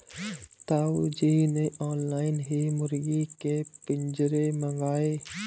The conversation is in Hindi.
ताऊ जी ने ऑनलाइन ही मुर्गी के पिंजरे मंगाए